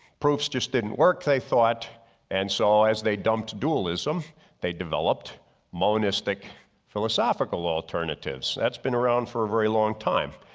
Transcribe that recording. proofs just didn't work they thought and so as they dumped dualism they developed monastic philosophical alternatives. that's been around for a very long time.